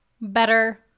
better